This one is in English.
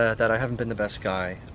ah that i haven't been the best guy.